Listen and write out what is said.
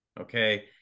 Okay